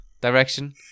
direction